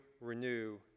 renew